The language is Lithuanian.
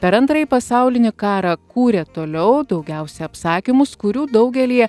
per antrąjį pasaulinį karą kūrė toliau daugiausia apsakymus kurių daugelyje